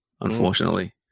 unfortunately